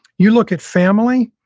you look at family,